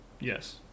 Yes